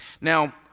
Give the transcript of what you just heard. Now